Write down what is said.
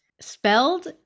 Spelled